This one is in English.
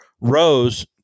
Rose